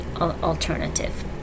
alternative